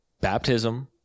baptism